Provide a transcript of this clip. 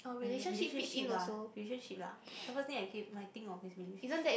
uh relationship lah relationship lah the first thing I cam~ think of is relationship